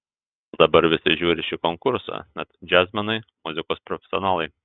dabar visi žiūri šį konkursą net džiazmenai muzikos profesionalai